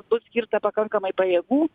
bus skirta pakankamai pajėgų